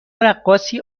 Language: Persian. رقاصی